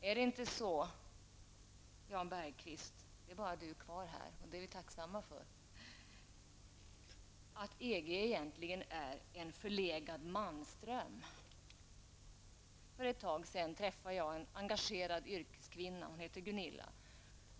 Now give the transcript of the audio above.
Är det inte så, Jan Bergqvist -- det är ju bara han kvar, och det är vi tacksamma för -- att EG egentligen är en förlegad mansdröm? För ett tag sedan träffade jag en engagerad yrkeskvinna som heter Gunilla.